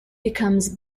becomes